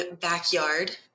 backyard